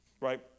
Right